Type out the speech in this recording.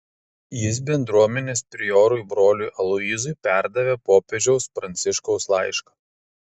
jis bendruomenės priorui broliui aloyzui perdavė popiežiaus pranciškaus laišką